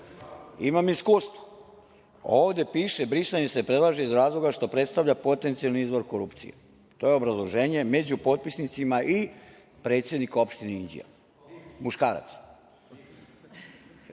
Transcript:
Imam iskustvo. Ovde piše – brisanje se predlaže iz razloga što predstavlja potencijalni izvor korupcije. To je obrazloženje. Među potpisnicama je i predsednik opštine Inđija, muškarac.